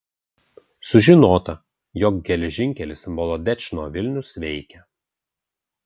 sužinota jog geležinkelis molodečno vilnius veikia